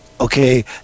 okay